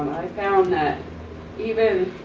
i found that even,